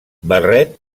barret